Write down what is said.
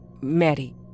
Maddie